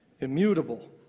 immutable